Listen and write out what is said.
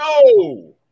no